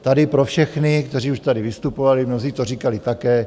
Tady pro všechny, kteří už tady vystupovali, mnozí to říkali také.